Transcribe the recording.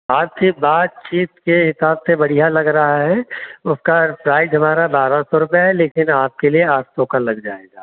आपकी बातचीत के हिसाब से बढ़िया लग रहा है उसका प्राइज हमारा बारह सौ रुपये है लेकिन आपके लिए आठ सौ का लग जाएगा